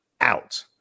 out